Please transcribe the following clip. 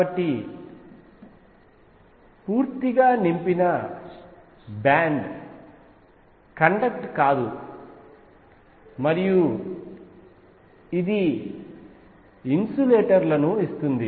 కాబట్టి పూర్తిగా నింపిన బ్యాండ్ కండక్ట్ కాదు మరియు ఇది ఇన్సులేటర్లను ఇస్తుంది